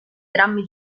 drammi